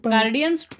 Guardians